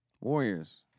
Warriors